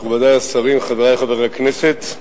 מכובדי השרים, חברי חברי הכנסת,